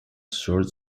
short